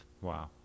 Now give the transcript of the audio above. Wow